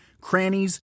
crannies